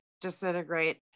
disintegrate